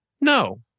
No